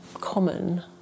Common